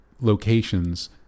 locations